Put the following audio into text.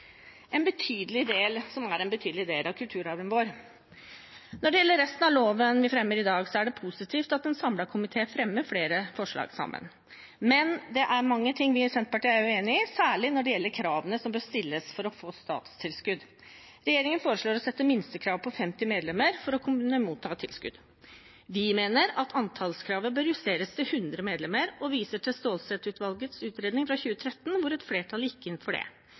som er en betydelig del av kulturarven vår. Når det gjelder resten av loven som fremmes i dag, er det positivt at en samlet komité fremmer flere forslag sammen. Men det er mange ting vi i Senterpartiet er uenig i, særlig når det gjelder kravene som bør stilles for å få statstilskudd. Regjeringen foreslår å sette et minstekrav på 50 medlemmer for å kunne motta tilskudd. Vi mener at antallskravet bør justeres til 100 medlemmer, og viser til Stålsett-utvalgets utredning fra 2013, hvor et flertall gikk inn for det.